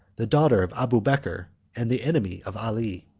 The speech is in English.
the daughter of abubeker, and the enemy of ali.